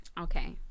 okay